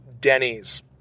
Denny's